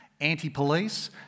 anti-police